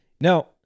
Now